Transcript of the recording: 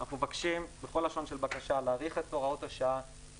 אנחנו מבקש בכל לשון של בקשה להאריך את הוראות השעה